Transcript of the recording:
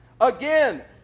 again